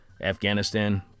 Afghanistan